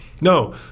No